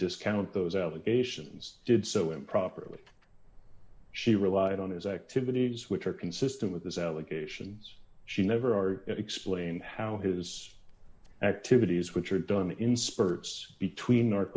discount those allegations did so improperly she relied on his activities which are consistent with his allegations she never are explained how his activities which are done in spurts between n